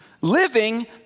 Living